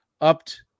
upped